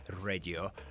Radio